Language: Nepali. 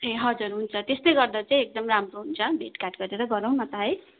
ए हजुर हुन्छ त्यस्तै गर्दा चाहिँ एकदम राम्रो हुन्छ भेट घाट गरेर गरौँ न त है